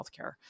healthcare